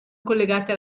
collegate